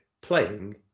playing